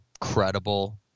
credible